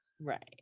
right